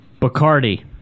Bacardi